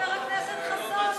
חבר הכנסת חסון?